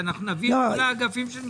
שאנחנו נביא את כל האגפים של משרד הכלכלה?